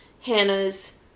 Hannah's